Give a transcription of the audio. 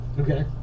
Okay